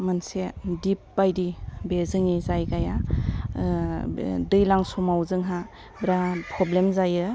मोनसे डिब बायदि जोंनि जायगाया बे दैलां समाव जोंहा बेराद पब्लेम जायो